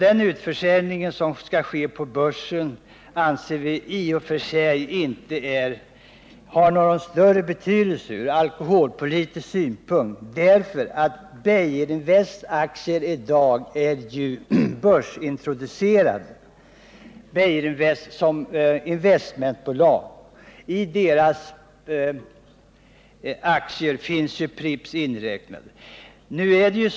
Den utförsäljningen, som skall ske på börsen, anser vi i och för sig inte ha någon större betydelse ur alkoholpolitisk synpunkt, eftersom Beijerinvest i dag är börsintroducerat som ett investmentbolag. I Beijerinvests aktietillgodohav finns ju Prippsaktierna inräknade.